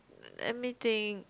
let me think